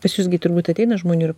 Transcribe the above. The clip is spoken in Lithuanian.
pas jus gi turbūt ateina žmonių ir